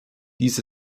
dies